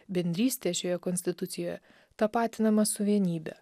bendrystė šioje konstitucijoje tapatinama su vienybe